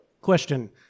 question